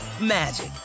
magic